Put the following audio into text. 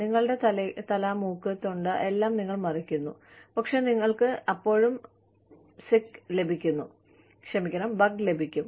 നിങ്ങളുടെ തല മൂക്ക് തൊണ്ട എല്ലാം നിങ്ങൾ മറയ്ക്കുന്നു പക്ഷേ നിങ്ങൾക്ക് അപ്പോഴും ബഗ് ലഭിക്കും